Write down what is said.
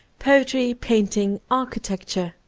poetry, paint ing, architecture.